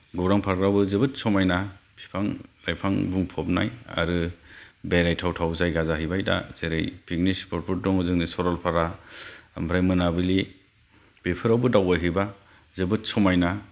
गौरां पार्काबो जोबोद समायना बिफां लाइफां बुंफबनाय आरो बेरायथाव थाव जायगा जाहैबाय दा जेरै पिकनिक स्पटफोर दङ सरलपारा ओमफ्राय मोनाबिलि बेफोरावबो दावबायहैब्ला जोबोद समायना